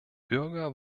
bürger